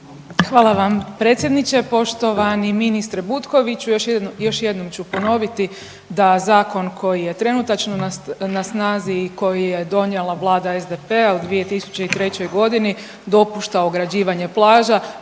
Hvala vam predsjedniče. Poštovani ministre Butkoviću još jednom ću ponoviti da zakon koji je trenutačno na snazi koji je donijela vlada SDP-a u 2003. godini dopušta ograđivanje plaža